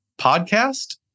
podcast